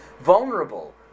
vulnerable